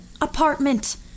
apartment